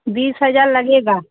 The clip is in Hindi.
बीस हज़ार लगेगा